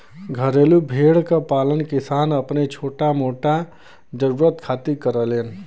घरेलू भेड़ क पालन किसान अपनी छोटा मोटा जरुरत खातिर करेलन